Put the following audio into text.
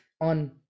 on